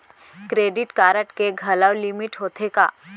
Credit card के घलव limit होथे का?